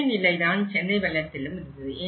இதே நிலைதான் சென்னை வெள்ளத்திலும் இருந்தது